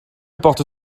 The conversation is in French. porte